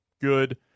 good